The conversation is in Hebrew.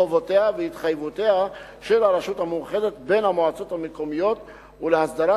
חובותיה והתחייבויותיה של הרשות המאוחדת בין המועצות המקומיות ולהסדרת